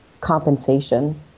compensation